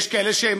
יש כאלה שהם,